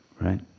Right